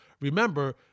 remember